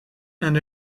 and